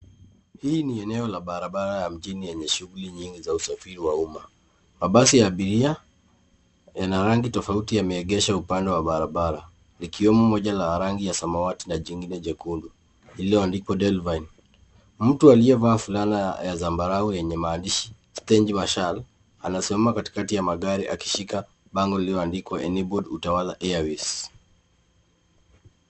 Hii ni eneo ya barabara ya mjini yenye shughuli nyingi za usafiri wa umma. Mabasi ya abiria yana rangi tofauti yameegeshwa upande moja ya barabara ikiwemo moja ya rangi la samawati na jingine jekundu iliyoandikwa Delvine. Mtu aliyevaa fulana ya zambarau yenye maandishi stage marshall anasimama katikati ya magari akishika bango lililoandikwa Enabled Utawala Airways.